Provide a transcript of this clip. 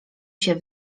się